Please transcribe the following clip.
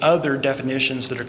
other definitions that are